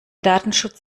datenschutz